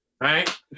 right